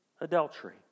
adultery